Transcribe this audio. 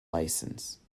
licence